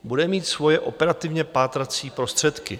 Bude mít svoje operativně pátrací prostředky.